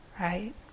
Right